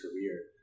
career